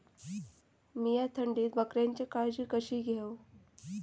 मीया थंडीत बकऱ्यांची काळजी कशी घेव?